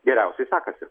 geriausiai sekasi